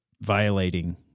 violating